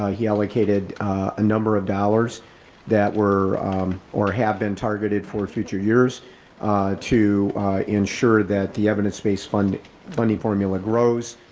ah he allocated a number of dollars that were or have been targeted for future years to ensure that the evidence base funding funding formula grows.